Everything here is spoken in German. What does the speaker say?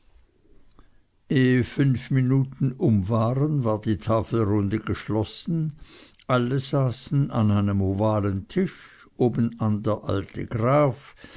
fünf minuten um waren war die tafelrunde geschlossen alle saßen an einem ovalen tisch obenan der alte graf